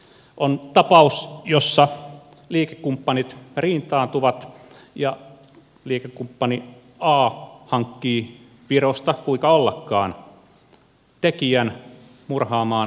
on tapaus jossa liikekumppanit riitaantuvat ja liikekumppani a hankkii virosta kuinka ollakaan tekijän murhaamaan liikekumppani bn